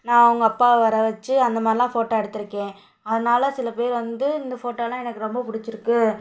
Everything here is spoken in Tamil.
நான் அவங்க அப்பாவை வர வச்சு அந்த மாதிரிலாம் ஃபோட்டா எடுத்திருக்கேன் அதனால் சில பேர் வந்து இந்த ஃபோட்டோவெலாம் எனக்கு ரொம்ப பிடிச்சிருக்கு